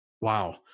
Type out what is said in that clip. wow